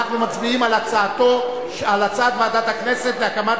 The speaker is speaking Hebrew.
אנחנו מצביעים על הצעת ועדת הכנסת להקמת